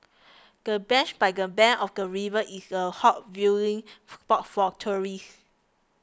the bench by the bank of the river is a hot viewing spot for tourists